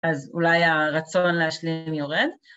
‫אז אולי הרצון להשלים יורד?